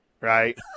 right